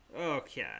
Okay